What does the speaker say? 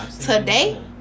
Today